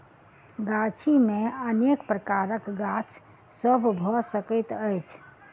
गाछी मे अनेक प्रकारक गाछ सभ भ सकैत अछि